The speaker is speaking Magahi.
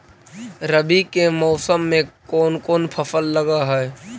रवि के मौसम में कोन कोन फसल लग है?